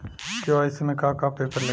KYC में का का पेपर लगी?